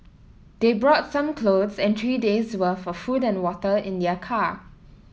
they brought some clothes and three days' worth of food and water in their car